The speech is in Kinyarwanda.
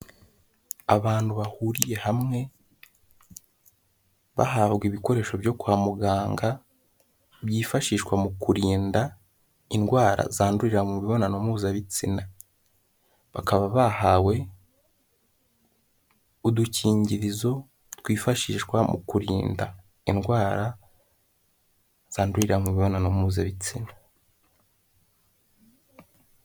Abantu bahuriye hamwe, bahabwa ibikoresho byo kwa muganga, byifashishwa mu kurinda indwara zandurira mu mibonano mpuzabitsina. Bakaba bahawe udukingirizo twifashishwa mu kurinda indwara zandurira mu mibonano mpuzabitsina.